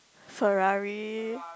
Ferrari